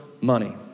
money